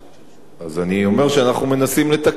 אז אני אומר שאנחנו מנסים לתקן את זה.